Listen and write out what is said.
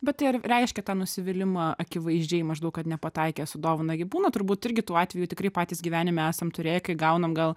bet tai ir reiškia tą nusivylimą akivaizdžiai maždaug kad nepataikė su dovana gi būna turbūt irgi tų atvejų tikrai patys gyvenime esam turėję kai gaunam gal